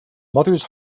mother’s